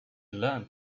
learned